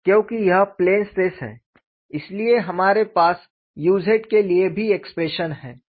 क्योकि यह plane stress है इसलिए हमारे पास u z के लिए भी एक्सप्रेशन है